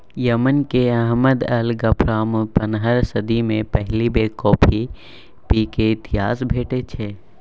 Yemen केर Ahmad al गफ्फारमे पनरहम सदी मे पहिल बेर कॉफी पीबाक इतिहास भेटै छै